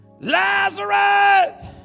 Lazarus